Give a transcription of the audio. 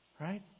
right